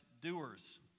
doers